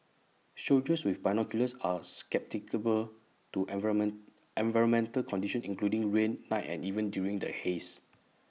soldiers with binoculars are to environment environmental conditions including rain night and even during the haze